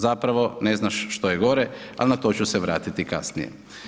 Zapravo ne znaš što je gore, ali na to ću se vratiti kasnije.